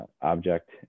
object